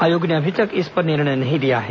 आयोग ने अभी तक इस पर निर्णय नहीं लिया है